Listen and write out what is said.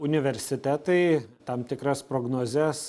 universitetai tam tikras prognozes